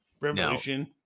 Revolution